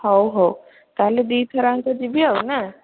ହଉ ହଉ ତା'ହେଲେ ଦୁଇ ଥରଯାକ ଯିବି ଆଉ ନା